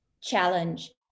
challenge